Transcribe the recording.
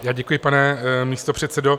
Já děkuji, pane místopředsedo.